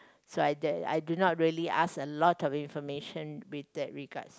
so I uh I do not really ask a lot of information with that regards